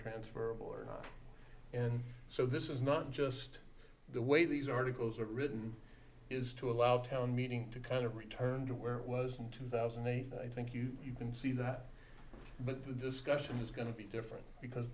transferable or not in so this is not just the way these articles are written is to allow town meeting to kind of return to where it was in two thousand and eight and i think you can see that but the discussion is going to be different because